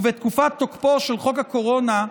ובתקופת תוקפו של חוק הקורונה,